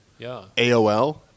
AOL